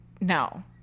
no